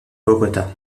bogota